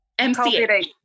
MCH